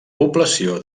població